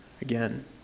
again